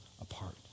apart